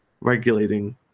regulating